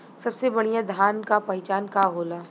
सबसे बढ़ियां धान का पहचान का होला?